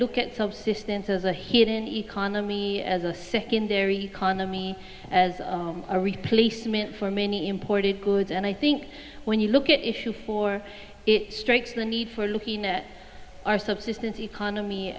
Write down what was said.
look at subsistence as a hidden economy as a secondary khana me as a replacement for many imported goods and i think when you look at issue four it strikes the need for looking at our subsistence economy